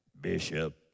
Bishop